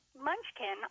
munchkin